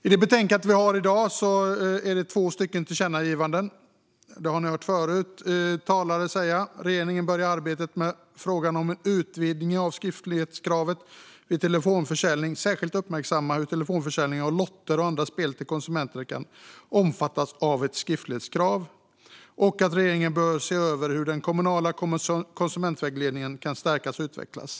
I dagens betänkande finns två tillkännagivanden. Det har tidigare talare också sagt. Regeringen bör i arbetet med frågan om en utvidgning av skriftlighetskravet vid telefonförsäljning särskilt uppmärksamma hur telefonförsäljning av lotter och andra spel till konsumenter kan omfattas av ett skriftlighetskrav. Regeringen bör se över hur den kommunala konsumentvägledningen kan stärkas och utvecklas.